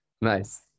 Nice